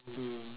mm